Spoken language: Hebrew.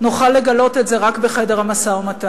נוכל לגלות את זה רק בחדר המשא-ומתן,